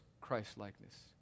Christ-likeness